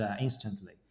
instantly